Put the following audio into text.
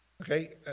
Okay